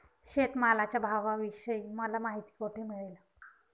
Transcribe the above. शेतमालाच्या भावाविषयी मला माहिती कोठे मिळेल?